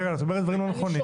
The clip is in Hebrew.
קרן, את אומרת דברים לא נכונים.